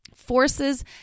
forces